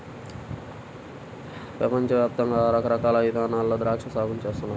పెపంచ యాప్తంగా రకరకాల ఇదానాల్లో ద్రాక్షా సాగుని చేస్తున్నారు